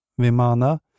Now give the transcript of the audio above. Vimana